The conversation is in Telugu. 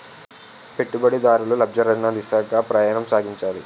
పెట్టుబడిదారులు లాభార్జన దిశగా ప్రయాణం సాగించాలి